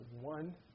one